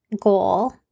goal